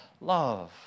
love